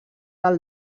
del